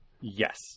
Yes